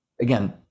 Again